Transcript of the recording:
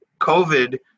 COVID